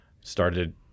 Started